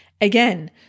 Again